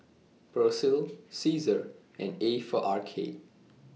Persil Cesar and A For Arcade